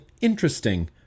interesting